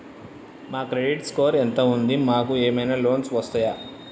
మా credit score ఎంత ఉంది? మాకు ఏమైనా లోన్స్ వస్తయా?